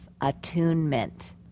attunement